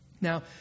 Now